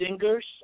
singers